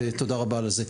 ותודה רבה על זה.